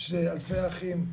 יש אלפי אחים,